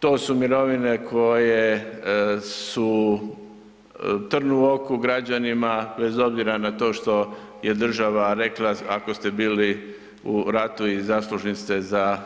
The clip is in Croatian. To su mirovine koje su trn u oku građanima, bez obzira na to što je država rekla ako ste bili u ratu i zaslužni ste za